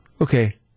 Okay